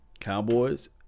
Cowboys